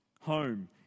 home